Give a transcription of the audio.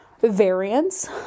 variants